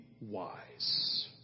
wise